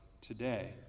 today